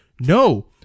no